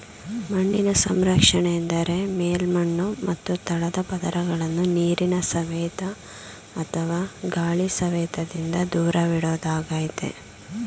ಮಣ್ಣಿನ ಸಂರಕ್ಷಣೆ ಎಂದರೆ ಮೇಲ್ಮಣ್ಣು ಮತ್ತು ತಳದ ಪದರಗಳನ್ನು ನೀರಿನ ಸವೆತ ಅಥವಾ ಗಾಳಿ ಸವೆತದಿಂದ ದೂರವಿಡೋದಾಗಯ್ತೆ